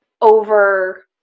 over